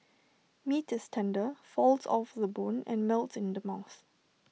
meat is tender falls off the bone and melts in the mouth